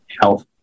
health